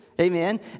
Amen